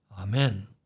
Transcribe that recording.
Amen